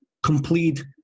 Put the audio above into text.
complete